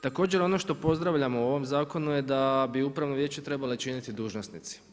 Također, ono što pozdravljamo u ovom zakonu je da bi upravno vijeće trebali činiti dužnosnici.